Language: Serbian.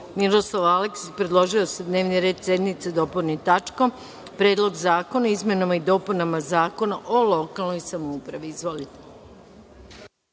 Miroslav Aleksić predložio je da se dnevni red sednice dopuni tačkom – Predlog zakona o izmenama i dopunama Zakona o lokalnoj samoupravi. Reč